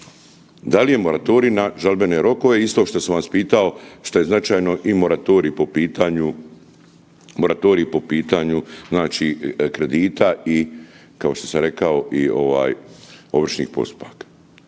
Da li je moratorij na žalbene rokove, isto što sam vas pitao što je značajno i moratorij po pitanju kredita i kao što sam rekao i ovršnih postupaka.